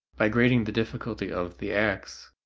by grading the difficulty of the acts,